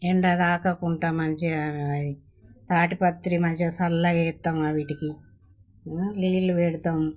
ఎండ తాకకుండా మంచిగా అది తాడుపత్రి మంచిగా చల్లగా వేస్తాము అవి వాటికి నీళ్ళు పెడతాం